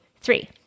three